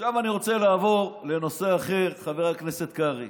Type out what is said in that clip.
עכשיו אני רוצה לעבור לנושא אחר, חבר הכנסת קרעי,